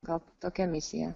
gal tokia misija